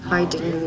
Hiding